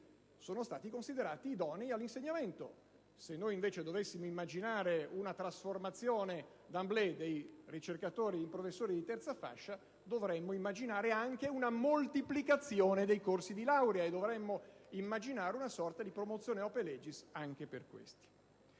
sono stati considerati idonei all'insegnamento. Se dovessimo immaginare una trasformazione *d'emblée* di tutti i ricercatori in professori di terza fascia, dovremmo immaginare una moltiplicazione dei corsi di laurea e una sorta di promozione *ope legis* anche per quelli